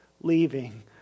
leaving